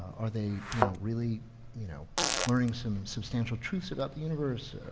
are they you know really you know learning some substantial truths about the universe?